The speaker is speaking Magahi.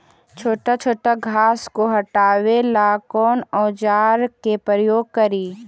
छोटा छोटा घास को हटाबे ला कौन औजार के प्रयोग करि?